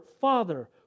Father